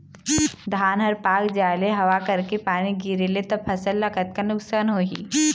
धान हर पाक जाय ले हवा करके पानी गिरे ले त फसल ला कतका नुकसान होही?